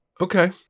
Okay